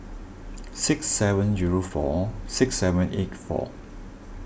six seven zero four six seven eight four